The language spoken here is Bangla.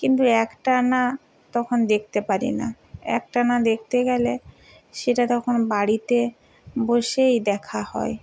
কিন্তু এক টানা তখন দেখতে পারি না এক টানা দেখতে গেলে সেটা তখন বাড়িতে বসেই দেখা হয়